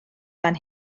fan